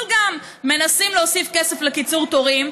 גם מנסים להוסיף כסף לקיצור תורים,